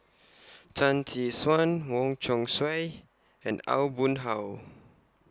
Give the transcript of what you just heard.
Tan Tee Suan Wong Chong Sai and Aw Boon Haw